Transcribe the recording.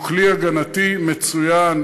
שהוא כלי הגנתי מצוין,